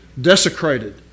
desecrated